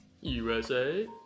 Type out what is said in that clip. USA